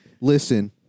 Listen